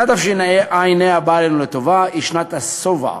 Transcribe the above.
שנת תשע"ה הבאה עלינו לטובה היא שנת השובע,